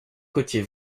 côtiers